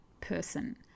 person